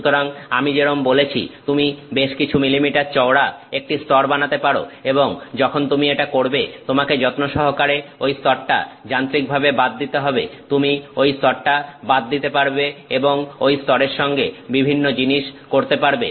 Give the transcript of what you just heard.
সুতরাং আমি যেরম বলেছি তুমি বেশকিছু মিলিমিটার চওড়া একটি স্তর বানাতে পারো এবং যখন তুমি এটা করবে তোমাকে যত্ন সহকারে ঐ স্তরটা যান্ত্রিক ভাবে বাদ দিতে হবে তুমি ঐ স্তরটা বাদ দিতে পারবে এবং ওই স্তরের সঙ্গে বিভিন্ন জিনিস করতে পারবে